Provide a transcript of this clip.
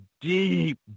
deep